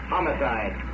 Homicide